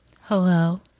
Hello